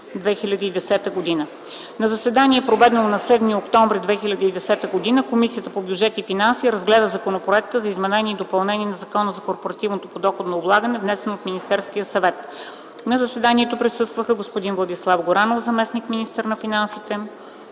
1.10.2010 г. На заседанието проведено на 7 октомври 2010 г. Комисията по бюджет и финанси разгледа Законопроекта за изменение и допълнение на Закона за данъка върху добавената стойност, внесен от Министерския съвет. На заседанието присъстваха господин Владислав Горанов – заместник-министър на финансите,